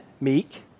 meek